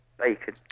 Bacon